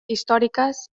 històriques